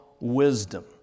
wisdom